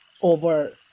over